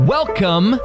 Welcome